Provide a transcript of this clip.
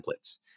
templates